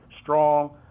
strong